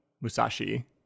Musashi